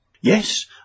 Yes